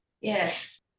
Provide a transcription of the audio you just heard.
Yes